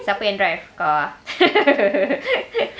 siapa yang drive kau ah